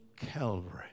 calvary